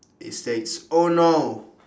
it states oh no